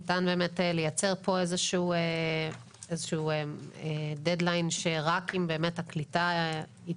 ניתן באמת לייצר פה איזה שהוא דד ליין שרק אם באמת הקליטה התעכבה,